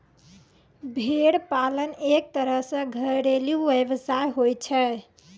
भेड़ पालन एक तरह सॅ घरेलू व्यवसाय होय छै